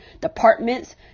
departments